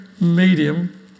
medium